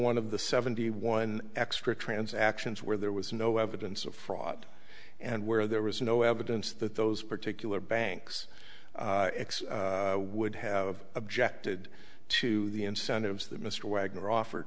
one of the seventy one extra transactions where there was no evidence of fraud and where there was no evidence that those particular banks would have objected to the incentives that mr wagner offered